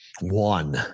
one